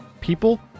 people